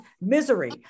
misery